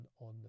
on